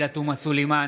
עאידה תומא סלימאן,